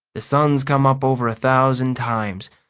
the sun's come up over a thousand times.